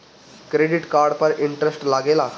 Credit card पर interest लागेला?